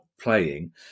playing